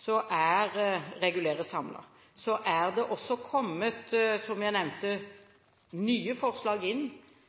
Så er det, som jeg nevnte, også kommet nye forslag inn. Jeg nevnte